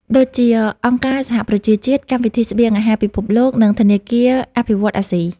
ដូចជា អង្គការសហប្រជាជាតិ កម្មវិធីស្បៀងអាហារពិភពលោក និងធនាគារអភិវឌ្ឍន៍អាស៊ី។